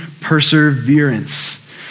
perseverance